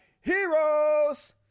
heroes